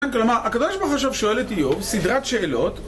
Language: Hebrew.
כלומר, הקדוש ברוך הוא עכשיו שואל את איוב, סדרת שאלות